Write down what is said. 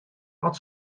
oft